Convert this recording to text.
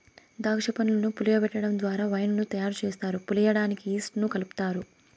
దాక్ష పండ్లను పులియబెటడం ద్వారా వైన్ ను తయారు చేస్తారు, పులియడానికి ఈస్ట్ ను కలుపుతారు